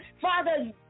father